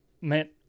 man